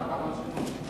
למה השינוי?